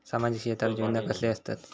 सामाजिक क्षेत्रात योजना कसले असतत?